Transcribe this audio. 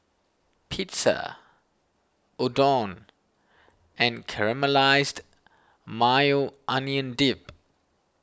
Pizza Udon and Caramelized Maui Onion Dip